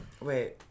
Wait